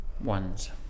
ones